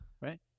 right